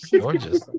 gorgeous